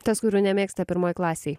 tas kurių nemėgsta pirmoj klasėj